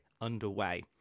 underway